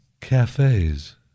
cafes